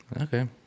okay